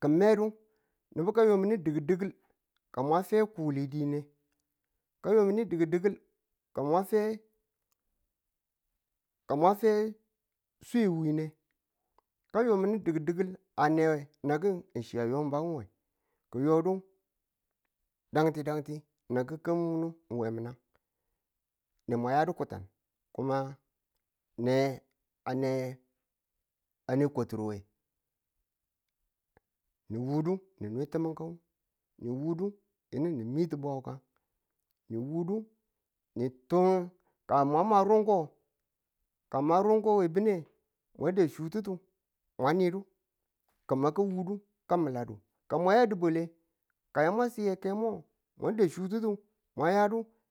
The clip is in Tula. ki̱medu nibu kayomwudu di̱geldịgel ka mwa fe kule din ne kayomundu di̱geldi̱gel ka mwa fe ka mwa fe swe wine kayomundu di̱geldi̱gel anewe nga kɪn chi a yonbu we ki̱yo du danti danti yinag kambi̱ru mu we nemwa yadu kutan kuma ne ane ane kwatur we. ni wudu ni nwe ti tamang kan ni wudu yinu ni ni ti bwawuka ni wudu ni tuwa ka ma ma rungko nge, ka ng ma rungko we bin ne, ma da chututu mwa nidu ka ma ka wudu ka miladu, ka wa ya dubwa le kan bwa chi keme wanbe chututu mwa yadu